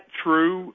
true